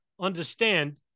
understand